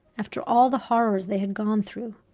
after all the horrors they had gone through,